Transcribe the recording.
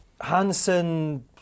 Hansen